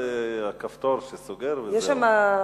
בכל מקרה,